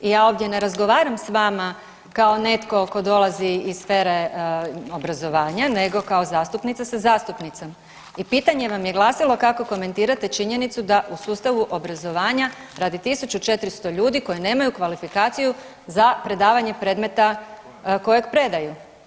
I ja ovdje ne razgovaram s vama kao netko tko dolazi iz sfere obrazovanja nego kao zastupnica sa zastupnicom i pitanje vam je glasilo kako komentirate činjenicu da u sustavu obrazovanja radi 1.400 ljudi koji nemaju kvalifikaciju za predavanje predmeta kojeg predaju.